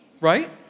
Right